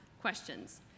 questions